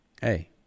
Hey